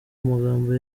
amagambo